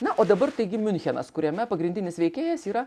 na o dabar taigi miunchenas kuriame pagrindinis veikėjas yra